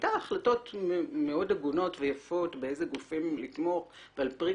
שמחליטה החלטות מאוד הגונות ויפות באלו גופים לתמוך על פי